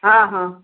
ହଁ ହଁ